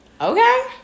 Okay